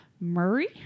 Murray